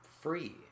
free